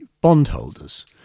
bondholders